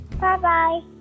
Bye-bye